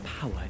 power